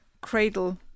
cradle